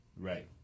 Right